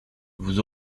vous